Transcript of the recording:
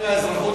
מה שנחצה